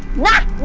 not